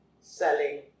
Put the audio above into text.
selling